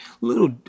little